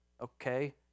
Okay